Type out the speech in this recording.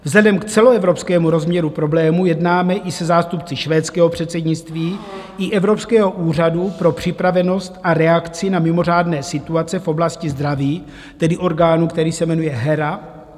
Vzhledem k celoevropskému rozměru problému jednáme i se zástupci švédského předsednictví i Evropského úřadu pro připravenost a reakci na mimořádné situace v oblasti zdraví, tedy orgánu, který se jmenuje HERA.